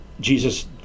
Jesus